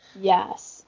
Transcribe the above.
Yes